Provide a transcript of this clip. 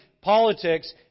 politics